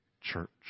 church